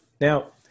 now